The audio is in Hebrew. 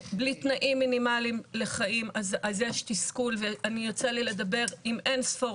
תנאים מינימליים לחיים אז יש תסכול ויצא לי לדבר עם אין-ספור